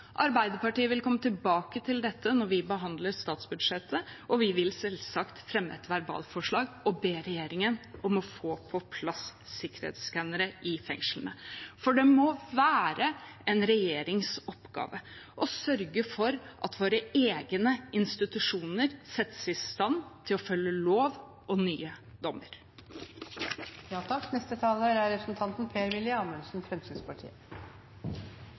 Arbeiderpartiet vil komme tilbake til dette når vi behandler statsbudsjettet, og vi vil selvsagt fremme et forslag og be regjeringen om å få på plass sikkerhetsskannere i fengslene. Det må være en regjerings oppgave å sørge for at våre egne institusjoner settes i stand til å følge lover og nye